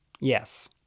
Yes